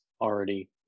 already